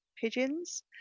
pigeons